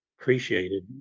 appreciated